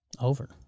Over